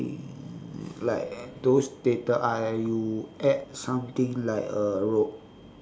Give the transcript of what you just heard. think like those theatre arts like you add something like a ro~